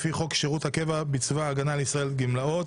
לפי חוק שירות הקבע בצבא הגנה לישראל (גמלאות).